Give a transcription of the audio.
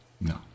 No